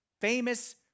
famous